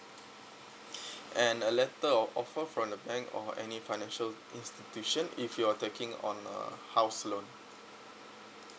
and a letter of offer from the bank or any financial institution if you're taking on a house loan